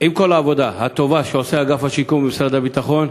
עם כל העבודה הטובה שעושה אגף השיקום במשרד הביטחון,